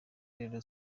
rero